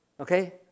okay